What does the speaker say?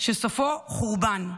שסופו חורבן,